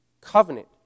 covenant